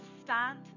stand